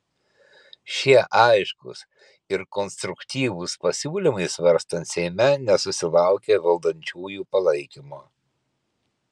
šie aiškūs ir konstruktyvūs pasiūlymai svarstant seime nesusilaukė valdančiųjų palaikymo